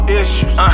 issues